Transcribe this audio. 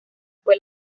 fue